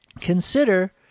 consider